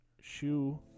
shoe